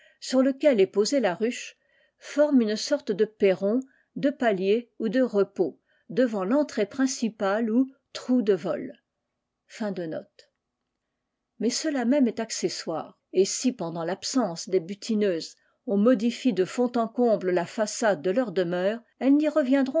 sur lequel est posé ruche forme une sorte de perron de palier ou de re devant rentré principale ou ttu de vol mais cela même est accessoire et si pendant l'absence des butineuses on modifie de fond en comble la façade de leur demeure